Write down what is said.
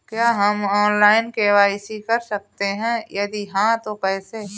क्या हम online KYC कर सकते हैं यदि हाँ तो कैसे?